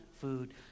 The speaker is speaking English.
food